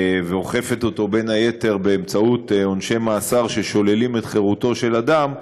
ואוכפת אותו בין היתר באמצעות עונשי מאסר ששוללים את חירותו של אדם,